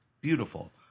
beautiful